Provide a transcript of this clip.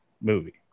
movie